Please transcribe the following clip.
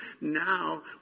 Now